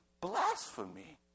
blasphemy